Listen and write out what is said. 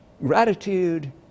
Gratitude